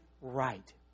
right